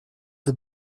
the